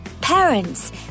Parents